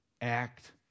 act